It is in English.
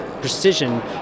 precision